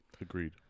Agreed